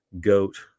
GOAT